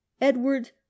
Edward